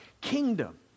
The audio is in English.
kingdom